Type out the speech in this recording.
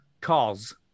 cause